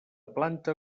planta